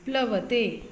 प्लवते